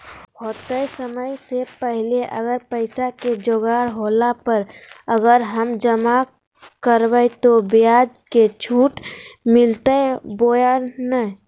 होतय समय से पहले अगर पैसा के जोगाड़ होला पर, अगर हम जमा करबय तो, ब्याज मे छुट मिलते बोया नय?